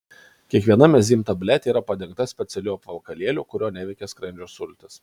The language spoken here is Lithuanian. kiekviena mezym tabletė yra padengta specialiu apvalkalėliu kurio neveikia skrandžio sultys